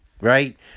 Right